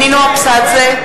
(קוראת בשמות חברי הכנסת) נינו אבסדזה,